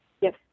Yes